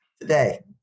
today